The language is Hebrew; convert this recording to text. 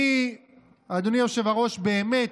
אדוני היושב-ראש, באמת,